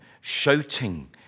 shouting